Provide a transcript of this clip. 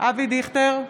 אבי דיכטר,